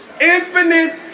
Infinite